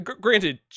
Granted